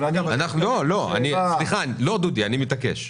לא, דודי, אני מתעקש.